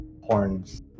horns